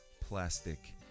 plastic